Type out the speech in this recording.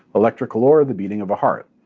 electrical, or or the beating of a heart.